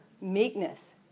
meekness